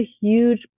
huge